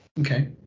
Okay